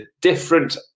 different